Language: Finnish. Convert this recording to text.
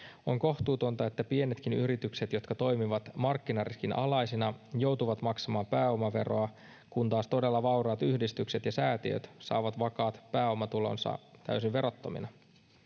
on kohtuutonta että pienetkin yritykset jotka toimivat markkinariskin alaisina joutuvat maksamaan pääomaveroa kun taas todella vauraat yhdistykset ja säätiöt saavat vakaat pääomatulonsa täysin verottomina